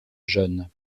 jeune